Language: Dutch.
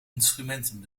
instrumenten